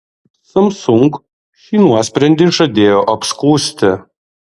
samsung šį nuosprendį žadėjo apskųsti